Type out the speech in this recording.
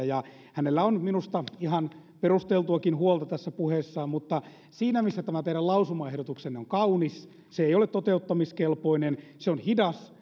ja hänellä on minusta ihan perusteltuakin huolta tässä puheessaan mutta siinä missä tämä teidän lausumaehdotuksenne on kaunis se ei ole toteuttamiskelpoinen se on hidas